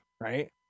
right